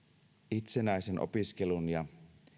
itsenäisen opiskelun ja